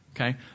Okay